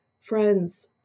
friends